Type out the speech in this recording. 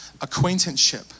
acquaintanceship